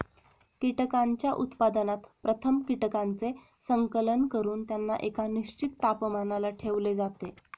कीटकांच्या उत्पादनात प्रथम कीटकांचे संकलन करून त्यांना एका निश्चित तापमानाला ठेवले जाते